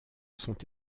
sont